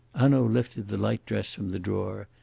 hanaud lifted the light dress from the drawer,